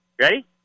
Ready